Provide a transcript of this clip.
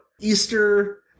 Easter